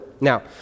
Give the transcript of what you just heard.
Now